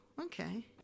okay